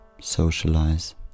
socialize